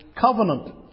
covenant